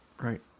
right